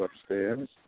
upstairs